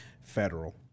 federal